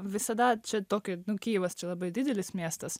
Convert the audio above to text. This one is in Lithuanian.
visada čia tokį kijevas čia labai didelis miestas